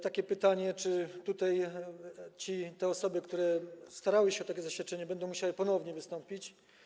Takie pytanie: Czy te osoby, które starały się o takie zaświadczenie, będą musiały ponownie o nie wystąpić?